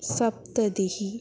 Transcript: सप्ततिः